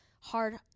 hard